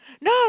no